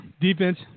defense